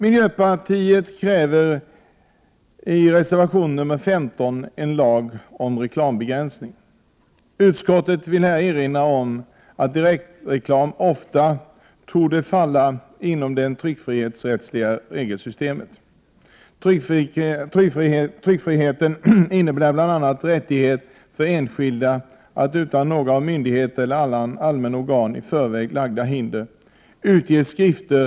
Miljöpartiet kräver i reservation 15 en lag om reklambegränsning. Utskottet vill här erinra om att direktreklam ofta torde falla inom det tryckfrihetsrättsliga regelsystemet. Tryckfriheten innebär bl.a. rättighet för enskilda att, utan några av myndighet eller annat allmänt organ i förväg lagda hinder, utge skrifter.